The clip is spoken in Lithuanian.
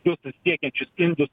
du susisiekiančius indus